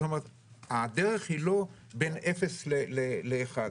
זאת אומרת הדרך היא לא בין אפס לאחד.